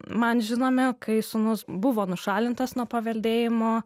man žinomi kai sūnus buvo nušalintas nuo paveldėjimo